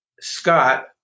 Scott